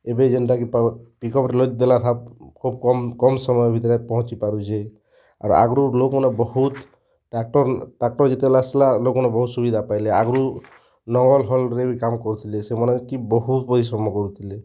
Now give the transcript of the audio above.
ଏବେ ଯେନ୍ତା କି ପାୱାର୍ ପିକପ୍ରେ ଲଦି ଦେଲା ସବ ଖୁବ କମ୍ କମ୍ ସମୟ ଭିତରେ ପହଞ୍ଚି ପାରୁଛି ଆର ଆଗରୁ ଲୋକମାନେ ବହୁତ ଟ୍ରାକ୍ଟର ଟ୍ରାକ୍ଟର ଯେତେବେଲେ ଆସଲା ଲୋକମାନେ ବହୁତ ସୁବିଧା ପାଇଲେ ଆଗୁରୁ ଲଙ୍ଗଲ ହଲ୍ ରେ ବି କାମ୍ କରୁଥିଲେ ସେମାନେ କି ବହୁତ ପରିଶ୍ରମ କରୁଥିଲେ